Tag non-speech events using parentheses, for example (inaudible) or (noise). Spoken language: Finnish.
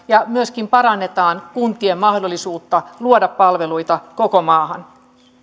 (unintelligible) ja myöskin parannamme kuntien mahdollisuutta luoda palveluita koko maahan